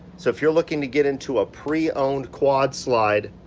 so if you're looking to get into a pre-owned quad slide,